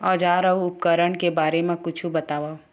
औजार अउ उपकरण के बारे मा कुछु बतावव?